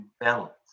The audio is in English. balance